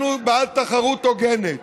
אנחנו בעד תחרות הוגנת.